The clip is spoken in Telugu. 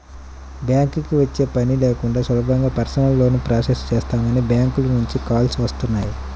బ్యాంకుకి వచ్చే పని లేకుండా సులభంగా పర్సనల్ లోన్ ప్రాసెస్ చేస్తామని బ్యాంకుల నుంచి కాల్స్ వస్తున్నాయి